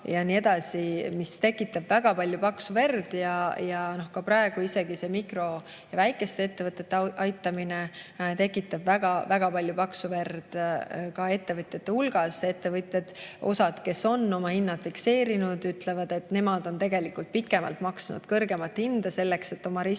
ja nii edasi. See tekitab väga palju paksu verd. Ka praegu isegi see mikro‑ ja väikeste ettevõtete aitamine tekitab väga palju paksu verd ettevõtjate hulgas. Osa ettevõtjaid, kes on oma hinnad fikseerinud, ütlevad, et nemad on tegelikult pikemalt maksnud kõrgemat hinda, selleks et oma riske